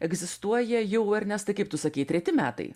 egzistuoja jau ernestai kaip tu sakei treti metai